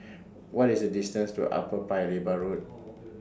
What IS The distance to Upper Paya Lebar Road